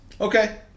Okay